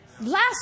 Last